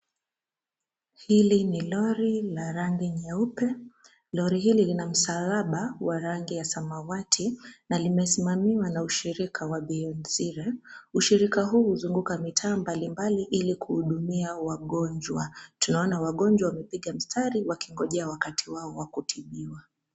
Hili ni lori la rangi nyeupe; lori hili lina msalaba wa rangi ya samawati na limesimamiwa na ushirika wa Beyond Zero. Ushirika huu huzunguka mitaa mbalimbali ili kuhudumia wagonjwa. Tunaona wagonjwa wamepiga mstari wakingojea wakati wao wa kutibiwa.